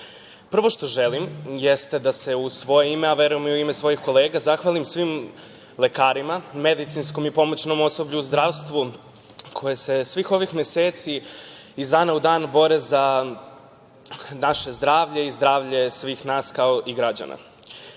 doma. Prvo što želim jeste da se u svoje ime, a verujem i u ime svojih kolega, zahvalim svim lekarima, medicinskom i pomoćnom osoblju u zdravstvu koje se svih ovih meseci iz dana u dan bore za naše zdravlje i zdravlje svih nas, kao i građana.